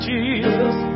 Jesus